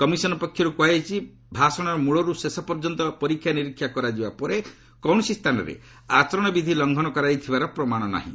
commission ପକ୍ଷରୁ କୁହାଯାଇଛି ଭାଷଣର ମୂଳରୁ ଶେଷ ପର୍ଯ୍ୟନ୍ତ ପରୀକ୍ଷା ନିରୀକ୍ଷା କରାଯିବା ପରେ କୌଣସି ସ୍ଥାନରେ ଆଚରଣବିଧି ଲଙ୍ଘନ କରାଯାଇଥିବାର ପ୍ରମାଣ ନାହିଁ